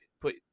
put